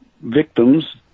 victims